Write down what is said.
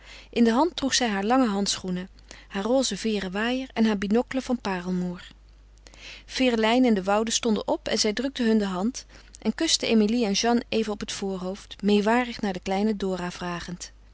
in de hand droeg zij haar lange handschoenen haar roze veêren waaier en haar binocle van parelmoer ferelijn en de woude stonden op en zij drukte hun de hand en kuste emilie en jeanne even op het voorhoofd meêwarig naar de kleine dora vragend